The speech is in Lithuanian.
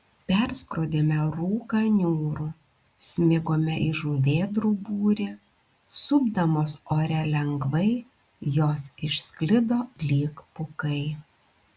perskrodėme rūką niūrų smigome į žuvėdrų būrį supdamos ore lengvai jos išsklido lyg pūkai